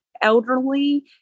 elderly